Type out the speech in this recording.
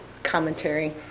Commentary